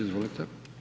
Izvolite.